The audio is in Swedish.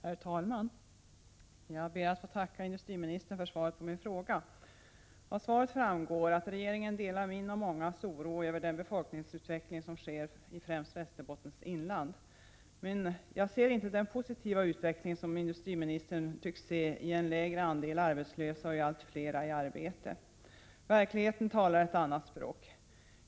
Herr talman! Jag ber att få tacka industriministern för svaret på min interpellation. Av svaret framgår att regeringen delar min och mångas oro över den befolkningsutveckling som sker i främst Västerbottens inland. Men jag ser inte den positiva utveckling som industriministern tycks se i att en lägre andel är arbetslös och att allt flera har arbete. Verkligheten talar ett annat språk.